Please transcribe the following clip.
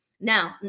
Now